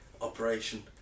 operation